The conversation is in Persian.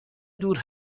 دور